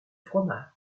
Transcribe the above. fromages